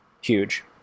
huge